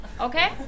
okay